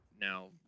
now